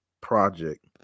project